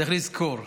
צריך לזכור: